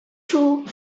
two